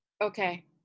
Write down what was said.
Okay